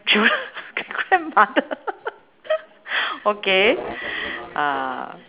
childr~ great grandmother okay uh